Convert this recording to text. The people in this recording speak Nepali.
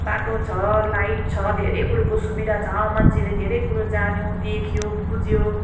बाटो छ लाइट छ धेरै कुरोको सुविधा छ मान्छेले धेरै कुरो जान्यो देख्यो बुझ्यो